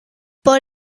por